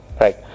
Right